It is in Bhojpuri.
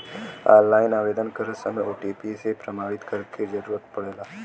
ऑनलाइन आवेदन करत समय ओ.टी.पी से प्रमाणित करे क जरुरत पड़ला